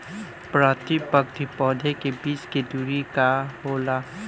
प्रति पंक्ति पौधे के बीच के दुरी का होला?